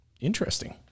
Interesting